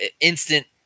instant